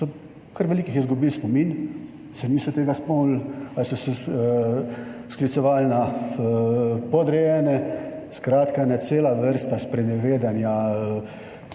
kar veliko jih je izgubilo spomin, se niso tega spomnili ali so se sklicevali na podrejene, skratka, ena cela vrsta sprenevedanja.